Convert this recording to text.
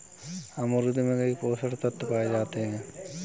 अमरूद में कई पोषक तत्व पाए जाते हैं